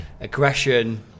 aggression